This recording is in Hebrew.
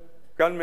מעל הדוכן,